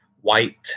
white